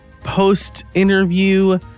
post-interview